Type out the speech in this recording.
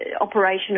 operation